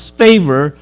favor